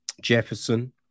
Jefferson